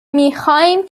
میخواییم